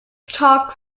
stock